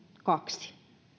kaksi